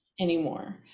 anymore